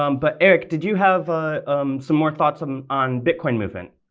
um but eric, did you have ah some more thoughts um on bitcoin moving?